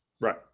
right